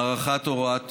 הארכת הוראת שעה.